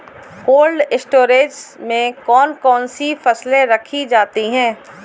Cold storage में कौन कौन सी फसलें रखी जाती हैं?